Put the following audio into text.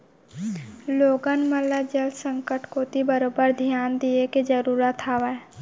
लोगन मन ल जल संकट कोती बरोबर धियान दिये के जरूरत हावय